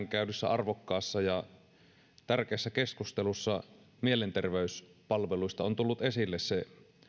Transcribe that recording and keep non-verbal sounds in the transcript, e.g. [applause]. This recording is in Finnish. [unintelligible] käydyssä arvokkaassa ja tärkeässä keskustelussa mielenterveyspalveluista on tullut esille se